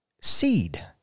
seed